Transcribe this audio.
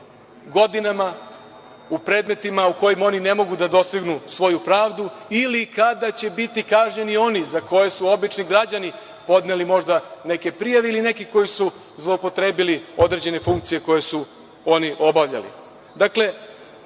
godinama, u predmetima u kojima oni ne mogu da dostignu svoju pravdu ili kada će biti kažnjeni oni za koje su obični građani podneli možda neke prijave ili neki koji su zloupotrebili određene funkcije koje su oni obavljali. Dakle,